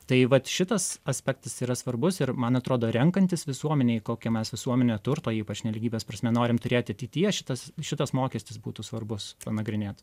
tai vat šitas aspektas yra svarbus ir man atrodo renkantis visuomenei kokią mes visuomenę turto ypač nelygybės prasme norim turėti ateityje šitas šitas mokestis būtų svarbus panagrinėt